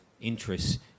interests